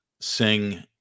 sing